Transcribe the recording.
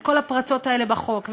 את כל הפרצות האלה בחוק.